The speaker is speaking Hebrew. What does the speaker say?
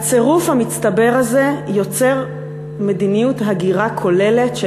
הצירוף המצטבר הזה יוצר מדיניות הגירה כוללת של